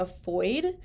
avoid